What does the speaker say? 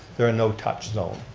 they're a no-touch zone.